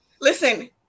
Listen